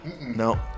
no